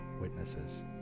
witnesses